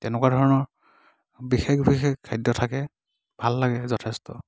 তেনেকুৱা ধৰণৰ বিশেষ বিশেষ খাদ্য থাকে ভাল লাগে যথেষ্ট